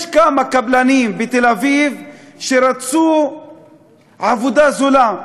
היו כמה קבלנים בתל-אביב שרצו עבודה זולה,